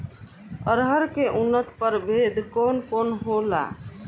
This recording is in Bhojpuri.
अरहर के उन्नत प्रभेद कौन कौनहोला?